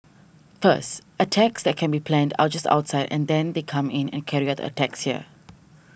first attacks that can be planned outjust outside and then they come in and carry out the attacks here